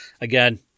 Again